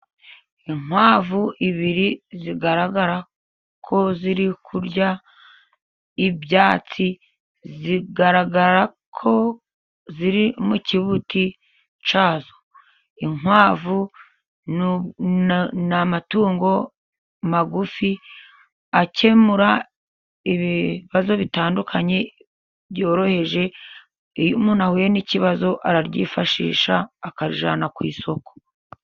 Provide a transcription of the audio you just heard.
Inkwavu ebyiri zigaragara ko ziri kurya ibyatsi, zigaragara ko ziri mu kibuti cyazo, inkwavu n'amatungo magufi akemura ibibazo bitandukanye byoroheje, iyo umuntu ahuye n'ikibazo arazifashisha akajyana ku isoko.